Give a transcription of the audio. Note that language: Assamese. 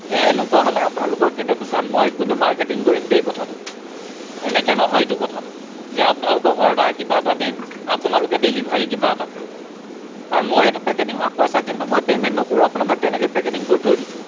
এই এনেকুৱা হ'লে আপোনালোকৰ দোকান মই কিন্তু মাৰ্কেটিঁং কৰিম দেই কথাটো এনেকে নহয়টো কথাটো যে আপোনালোকক অৰ্ডাৰ কিবা এটা দিম আপোনালোকে ডেলিভাৰী কিবা এটা কৰিব আৰু মই এইটো পেকেটিঙৰ পইচা কিন্তু মই পেমেণ্ট নকৰোঁ আপোনাৰ মই তেনেকে পেকেটিং কৰি থৈ দিছোঁ